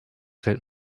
fällt